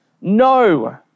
No